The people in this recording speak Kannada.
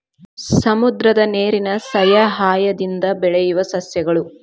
ಸಮುದ್ರದ ನೇರಿನ ಸಯಹಾಯದಿಂದ ಬೆಳಿಯುವ ಸಸ್ಯಗಳು